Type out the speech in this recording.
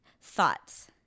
Thoughts